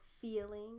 feeling